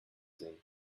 sehen